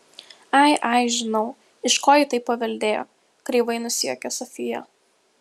ai ai žinau iš ko ji tai paveldėjo kreivai nusijuokė sofija